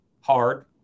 hard